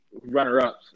runner-ups